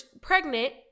pregnant